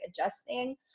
adjusting